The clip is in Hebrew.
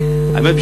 האמת,